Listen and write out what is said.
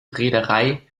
reederei